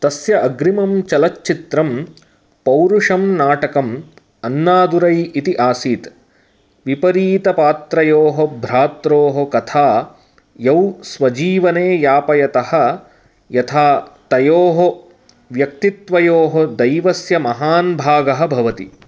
तस्य अग्रिमं चलच्चित्रम् पौरुषं नाटकम् अन्नादुरै इति आसीत् विपरीतपात्रयोः भ्रात्रोः कथा यौ स्वजीवने यापयतः यथा तयोः व्यक्तित्वयोः दैवस्य महान् भागः भवति